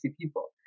people